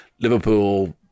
Liverpool